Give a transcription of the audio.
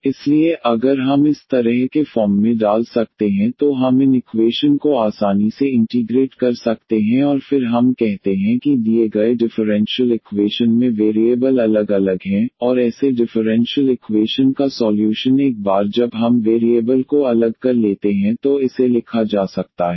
इसलिए अगर हम इस तरह के फॉर्म में डाल सकते हैं तो हम इन इक्वेशन को आसानी से इंटीग्रेट कर सकते हैं और फिर हम कहते हैं कि दिए गए डिफरेंशियल इक्वेशन में वेरिएबल अलग अलग हैं और ऐसे डिफरेंशियल इक्वेशन का सॉल्यूशन एक बार जब हम वेरिएबल को अलग कर लेते हैं तो इसे लिखा जा सकता है